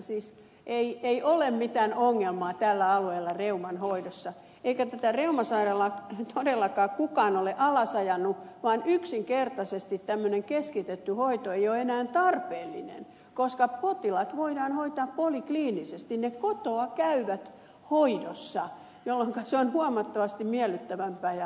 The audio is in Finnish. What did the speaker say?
siis ei ole mitään ongelmaa tällä alueella reuman hoidossa eikä tätä reumasairaalaa todellakaan kukaan ole alas ajanut vaan yksinkertaisesti tämmöinen keskitetty hoito ei ole enää tarpeellinen koska potilaat voidaan hoitaa polikliinisesti he kotoa käyvät hoidossa jolloinka se on huomattavasti miellyttävämpää ja halvempaa